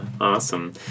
awesome